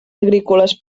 agrícoles